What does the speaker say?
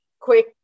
Quick